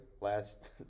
last